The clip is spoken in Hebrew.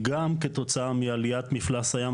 גם כתוצאה מעליית מפלס הים,